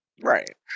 Right